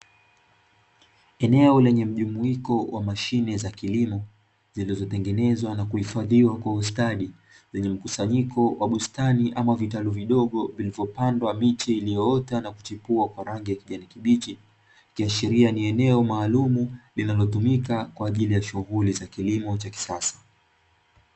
Eneo lenye mjumuiko wa mashine za kilimo zilizotengenezwa na kuhifadhiwa kwa ustadi, zenye mkusanyiko wa bustani au vitalu vidogo vilivopandwa miche iliyoota na kuchipua kwa rangi ya kijani kibichi; ikiashiria ni eneo maalumu linalotumika kwa ajili ya shughuli za kilimo cha kisasa.